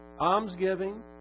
almsgiving